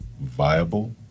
Viable